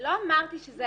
לא אמרתי את זה.